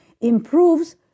improves